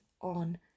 on